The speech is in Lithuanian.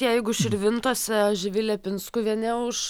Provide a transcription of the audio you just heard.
jeigu širvintose živilė pinskuvienė už